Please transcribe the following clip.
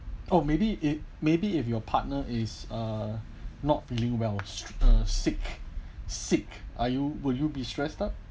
oh maybe it maybe if your partner is uh not feeling well st~ sick sick are you will you be stressed up